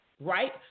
right